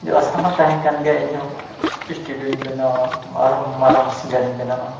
ᱡᱮ ᱟᱥᱟᱢᱟ ᱛᱟᱦᱮᱸ ᱠᱟᱱ ᱜᱮᱭᱟ ᱡᱮ ᱤᱧ ᱦᱚᱸ ᱮᱴᱤᱰᱤᱭᱳᱧ ᱵᱮᱱᱟᱣᱟ ᱟᱨ ᱦᱚᱸ ᱢᱟᱨᱟᱝ ᱥᱤᱝᱜᱟᱨ ᱤᱧ ᱵᱮᱱᱟᱣᱜᱼᱟ